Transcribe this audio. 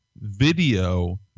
video